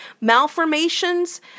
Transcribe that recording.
Malformations